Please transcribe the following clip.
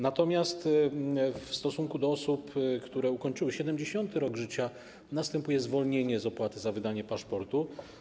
Natomiast w stosunku do osób, które ukończyły 70. rok życia, następuje zwolnienie z opłaty za wydanie paszportu.